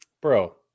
bro